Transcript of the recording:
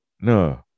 No